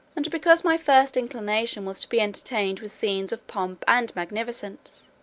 and because my first inclination was to be entertained with scenes of pomp and magnificence,